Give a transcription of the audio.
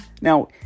Now